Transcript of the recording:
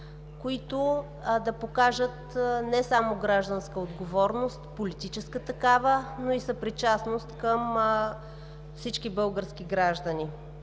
които да покажат не само гражданска отговорност, политическа такава, но и съпричастност към всички български граждани.